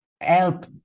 help